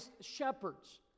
shepherds